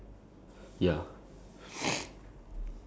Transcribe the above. for me like ya